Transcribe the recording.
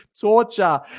torture